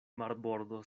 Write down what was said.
marbordo